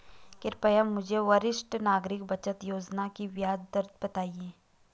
कृपया मुझे वरिष्ठ नागरिक बचत योजना की ब्याज दर बताएँ